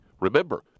Remember